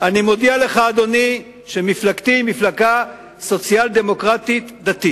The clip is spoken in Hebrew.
אני מודיע לך שמפלגתי היא מפלגה סוציאל-דמוקרטית דתית.